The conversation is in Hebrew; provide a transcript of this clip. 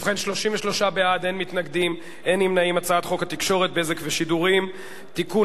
להעביר את הצעת חוק התקשורת (בזק ושידורים) (תיקון,